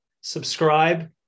subscribe